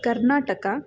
Karnataka